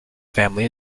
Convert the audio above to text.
family